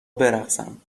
برقصم